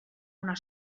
una